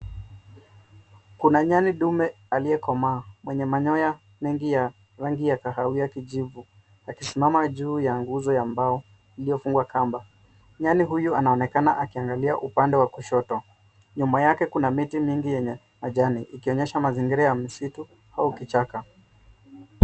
Kuna nyani dume aliyekomaa mwenye manyoya mengi ya rangi ya kahawia kijivu akisimama juu ya nguzo ya mbao iliyofungwa kamba. Nyali huyu anaonekana akiangalia upande wa kushoto. Nyuma yake kuna miti mingi yenye majani ikionyesha mazingira ya msitu au kichaka.